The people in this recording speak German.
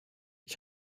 ich